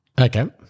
okay